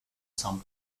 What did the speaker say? some